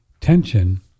tension